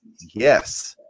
Yes